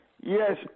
Yes